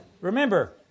remember